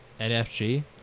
nfg